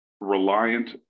reliant